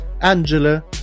Angela